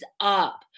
up